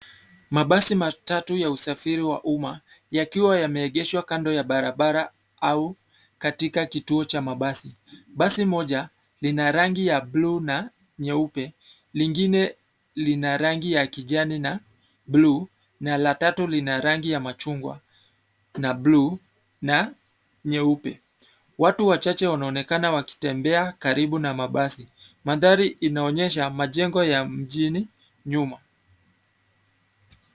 Mabasi matatu ya usafiri wa umma, yakiwa yameegeshwa kando ya barabara au katika kituo cha mabasi. Basi moja, lina rangi ya bluu na nyeupe, lingine lina rangi ya kijani na, bluu na la tatu lina rangi ya machungwana bluu na nyeupe. Watu wachache wanaonekana wakitembea karibu na mabasi. Mandhari inaonyesha majengo ya mjini, nyuma.